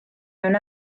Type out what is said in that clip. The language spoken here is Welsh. mewn